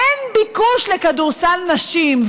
אין ביקוש לכדורסל נשים,